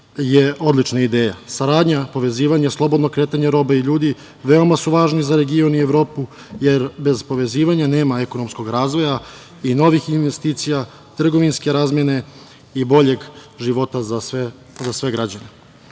je odlična ideja. Saradnja, povezivanje, slobodno kretanje robe i ljudi, veoma su važni za region i Evropu, jer bez povezivanja nema ekonomskog razvoja, novih investicija, trgovinske razmene i boljeg života za sve građane. Takođe